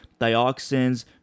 dioxins